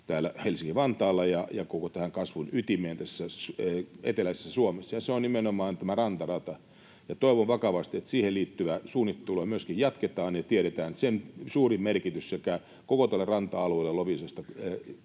täällä Helsinki-Vantaalla ja koko tähän kasvun ytimeen tässä eteläisessä Suomessa, ja se on nimenomaan tämä rantarata. Toivon vakavasti, että siihen liittyvää suunnittelua myöskin jatketaan, kun tiedetään sen suuri merkitys koko tälle ranta-alueelle Loviisasta